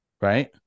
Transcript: right